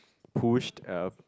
pushed uh